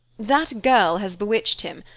that girl has bewitched him,